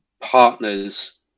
partners